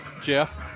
Jeff